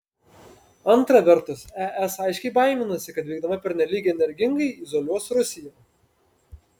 antra vertus es aiškiai baiminasi kad veikdama pernelyg energingai izoliuos rusiją